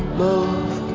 move